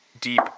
Deep